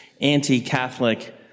anti-Catholic